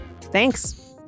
Thanks